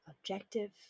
objective